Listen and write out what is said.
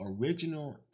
original